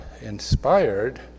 inspired